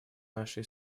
нашей